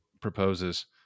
proposes